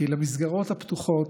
כי למסגרות הפתוחות,